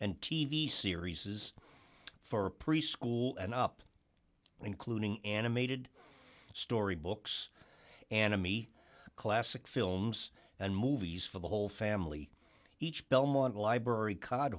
and t v series is for preschool and up including animated story books anime classic films and movies for the whole family each belmont library card